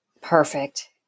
perfect